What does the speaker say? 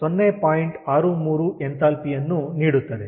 63 enthalpy ಯನ್ನು ನೀಡುತ್ತದೆ